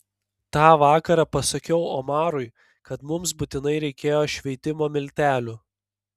tą vakarą pasakiau omarui kad mums būtinai reikėjo šveitimo miltelių